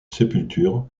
sépultures